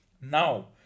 Now